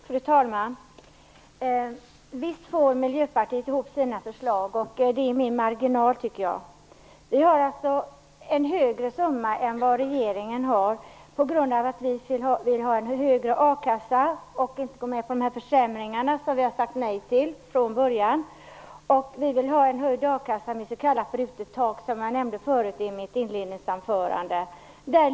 Fru talman! Visst får Miljöpartiet ihop sina förslag, och det med marginal, tycker jag. Vår summa är högre än regeringens på grund av att vi föreslår en högre a-kassa och har sagt nej till försämringarna från början. Vi vill ha en höjd a-kassa med s.k. brutet tak, som jag nämnde i mitt inledningsanförande.